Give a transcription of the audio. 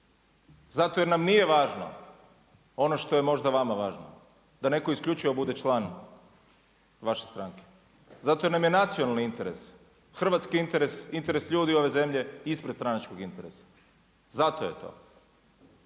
zato jer nam nije važno ono što je možda vama važno, da neko isključivo bude član vaše stranke, zato jer nam je nacionali interes hrvatskih interes, interes ljudi ove zemlje ispred stranačkog interesa zato je to.